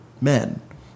men